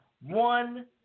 One